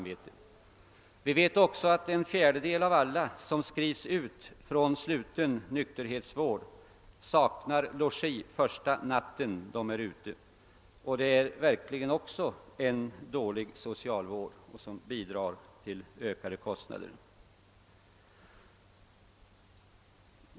Vi vet också att en fjärdedel av alla som skrivs ut från sluten nykterhetsvård saknar logi första natten de är ute — det är verkligen en dålig socialvård som bidrar till de ökade kostnaderna.